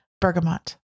Bergamot